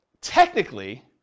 technically